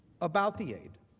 about the aid,